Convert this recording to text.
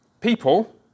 people